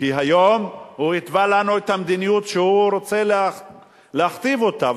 כי היום הוא התווה לנו את המדיניות שהוא רוצה להכתיב אותה,